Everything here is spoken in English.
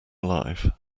alive